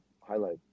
highlight